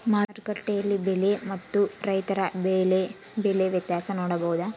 ಮಾರುಕಟ್ಟೆ ಬೆಲೆ ಮತ್ತು ರೈತರ ಬೆಳೆ ಬೆಲೆ ವ್ಯತ್ಯಾಸ ನೋಡಬಹುದಾ?